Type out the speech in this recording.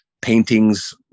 Paintings